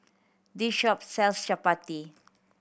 this shop sells chappati